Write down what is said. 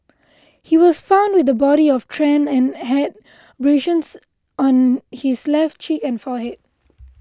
he was found with the body of Tran and had abrasions on his left cheek and forehead